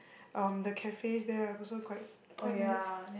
um the cafes there are also quite quite nice